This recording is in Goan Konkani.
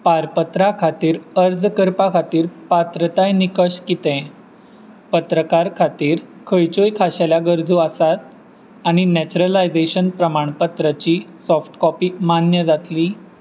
पारपत्रा खातीर अर्ज करपा खातीर पात्रताय निकश कितें पत्रकार खातीर खंयच्योय खाशेल्या गरजो आसात आनी नॅचरलायजेशन प्रमाणपत्राची सॉफ्ट कॉपी मान्य जातली